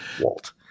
Walt